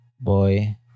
Boy